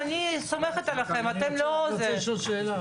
אני חושב שלפי ההצעה שלך צריך לבדוק שבאמת שגוף הכשרות שמנפיק תעודה,